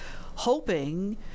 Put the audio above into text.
hoping